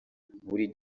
buri